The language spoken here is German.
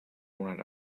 donut